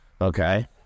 okay